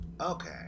Okay